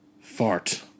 Fart